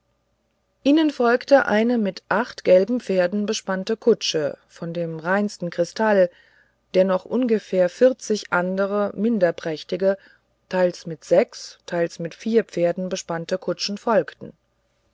ihnen folgte eine mit acht gelben pferden bespannte kutsche von dem reinsten kristall der noch ungefähr vierzig andere minder prächtige teils mit sechs teils mit vier pferden bespannte kutschen folgten